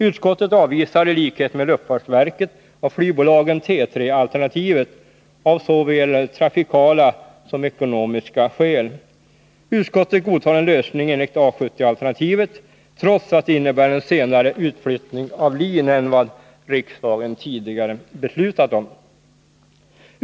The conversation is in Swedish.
Utskottet avvisar i likhet med luftfartsverket och flygbolagen T3-alternativet av såväl trafikmässiga som ekonomiska skäl. Utskottet godtar en lösning enligt A70-alternativet, trots att det innebär en senare utflyttning av LIN än vad riksdagen tidigare beslutat om.